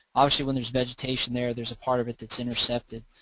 obviously when there's vegetation there there's a partof it that's intercepted,